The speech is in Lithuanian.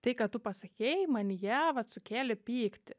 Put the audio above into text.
tai ką tu pasakei manyje vat sukėlė pyktį